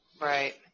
Right